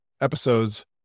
episodes